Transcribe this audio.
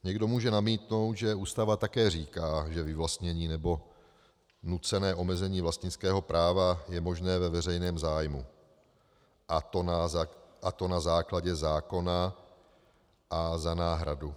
Někdo může namítnout, že Ústava také říká, že vyvlastnění nebo nucené omezení vlastnického práva je možné ve veřejném zájmu, a to na základě zákona a za náhradu.